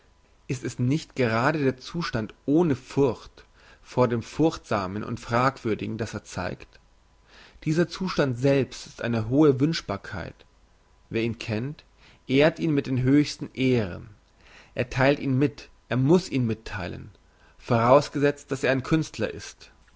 ist es nicht gerade der zustand ohne furcht vor dem furchtbaren und fragwürdigen das er zeigt dieser zustand selbst ist eine hohe wünschbarkeit wer ihn kennt ehrt ihn mit den höchsten ehren er theilt ihn mit er muss ihn mittheilen vorausgesetzt dass er ein künstler ist